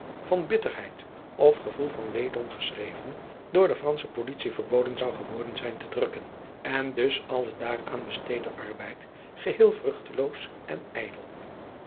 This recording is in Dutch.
van bitterheid of gevoel van weedom geschreven door de fransche politie verboden zou geworden zijn te drukken en dus al de daaraan bestede arbeid geheel vruchteloos en ijdel